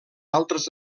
altres